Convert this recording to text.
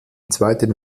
zweiten